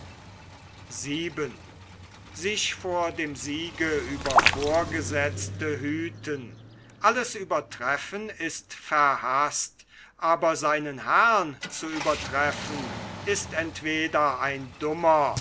alles übertreffen ist verhaßt aber seinen herrn zu übertreffen ist entweder ein dummer